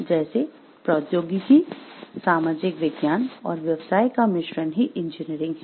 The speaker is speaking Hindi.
जैसे प्रौद्योगिकी सामाजिक विज्ञान और व्यवसाय का मिश्रण ही इंजीनियरिंग है